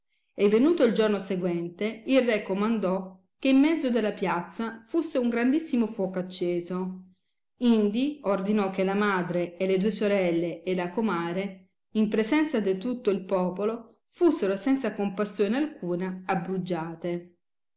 e venuto il giorno seguente il re comandò che in mezzo della piazza fusse un grandissimo fuoco acceso indi ordinò che la madre e le due sorelle e la comare in presenza de tutto il popolo fussero senza compassione alcuna abbruggiate